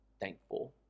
thankful